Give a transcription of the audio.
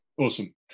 Awesome